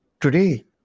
today